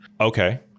Okay